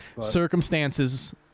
circumstances